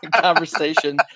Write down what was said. conversation